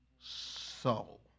soul